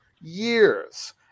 years